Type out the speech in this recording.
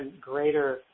greater